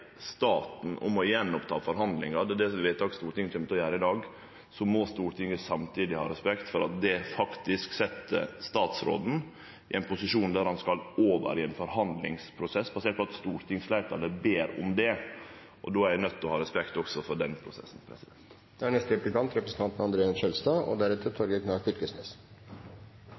staten om å ta opp igjen forhandlingar – det er det vedtaket Stortinget kjem til å gjere i dag – meiner eg at dei samtidig må ha respekt for at det faktisk set statsråden i ein posisjon der han skal over i ein forhandlingsprosess, basert på at stortingsfleirtalet ber om det. Då er ein nøydd til å ha respekt for den prosessen.